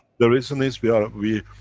the reason is we are, we,